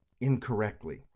incorrectly